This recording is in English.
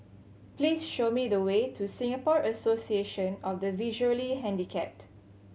please show me the way to Singapore Association of the Visually Handicapped